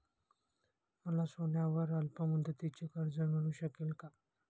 मला सोन्यावर अल्पमुदतीचे कर्ज मिळू शकेल का?